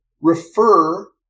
refer